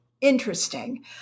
interesting